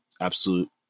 absolute –